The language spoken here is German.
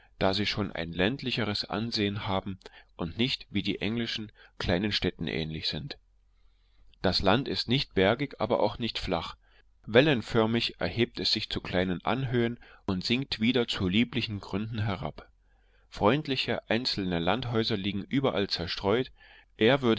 da sie schon ein ländlicheres ansehen haben und nicht wie die englischen kleinen städten ähnlich sind das land ist nicht bergig aber auch nicht flach wellenförmig erhebt es sich zu kleinen anhöhen und sinkt wieder zu lieblichen gründen hinab freundliche einzelne landhäuser liegen überall zerstreut